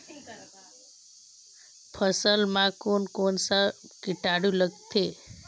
फसल मा कोन कोन सा कीटाणु लगथे?